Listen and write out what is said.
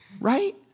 Right